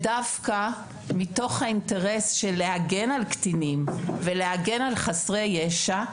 דווקא מתוך האינטרס להגן על קטינים ולהגן על חסרי ישע,